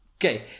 Okay